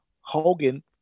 hogan